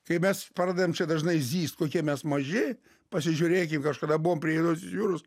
kai mes pardavėm čia dažnai zys kokie mes maži pasižiūrėkim kažkada buvom prie juodosios jūros